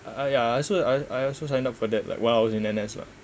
uh I ya so I I also sign up for that like while I was in N_S lah